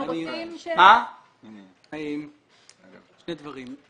שני דברים.